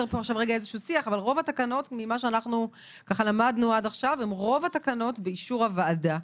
אבל רוב התקנות ממה שלמדנו עד כה הן באישור הוועדה.